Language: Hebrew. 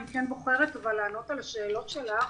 אני כן בוחרת לענות על השאלות שלך